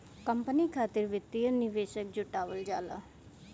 company खातिर वित्तीय निवेशक जुटावल जाला